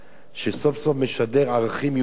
שסוף סוף משדר ערכים יהודיים,